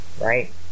right